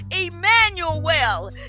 emmanuel